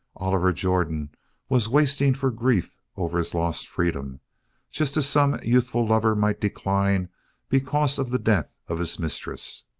oliver jordan was wasting for grief over his lost freedom just as some youthful lover might decline because of the death of his mistress.